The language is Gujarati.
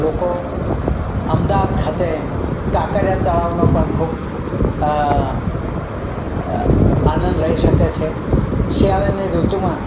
લોકો અમદાવાદ ખાતે કાંકરિયા તળાવનો પણ ખૂબ આનંદ લઈ શકે છે શિયાળાની ઋતુમાં